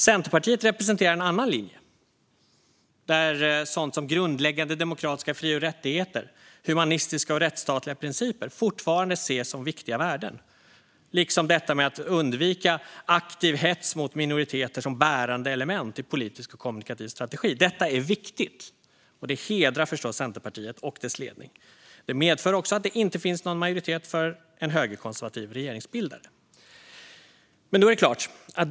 Centerpartiet representerar en annan linje, där sådant som grundläggande demokratiska fri och rättigheter, humanistiska och rättsstatliga principer fortfarande ses som viktiga värden - liksom detta med att undvika aktiv hets mot minoriteter som bärande element i politisk och kommunikativ strategi. Detta är viktigt, och det hedrar förstås Centerpartiet och dess ledning. Det medför också att det inte finns någon majoritet för en högerkonservativ regeringsbildare.